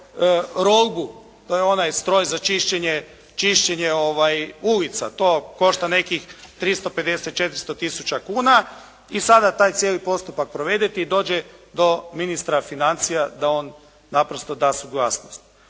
"Rolgu", to je onaj stroj za čišćenje ulica. To košta nekih 350, 400 tisuća kuna i sada taj cijeli postupak provedete i dođe do ministra financija da on naprosto da suglasnost.